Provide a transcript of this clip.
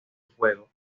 fuego